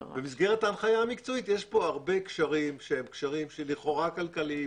במסגרת ההנחיה המקצועית יש פה הרבה קשרים שהם קשרים שלכאורה כלכליים,